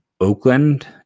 Oakland